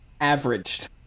Averaged